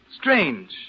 Strange